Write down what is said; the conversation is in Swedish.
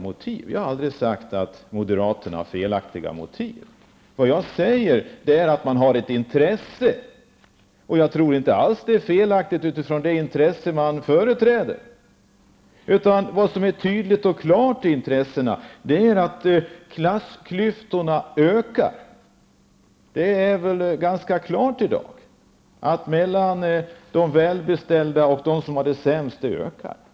Jag har nämligen aldrig sagt att moderaterna har felaktiga motiv. Vad jag däremot har sagt är att man har ett visst intresse -- och jag tror inte alls att det är något fel i det med tanke på vad det är man företräder. Det framgår klart och tydligt i dag att klassklyftorna ökar. Klyftorna mellan de välbeställda och dem som har det sämst ökar alltså.